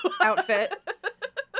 outfit